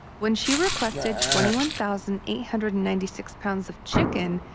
when she requested twenty one thousand eight hundred and ninety six pounds of chicken,